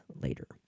later